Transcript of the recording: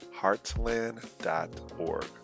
heartland.org